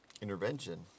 intervention